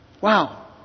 Wow